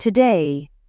Today